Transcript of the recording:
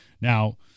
Now